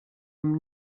amb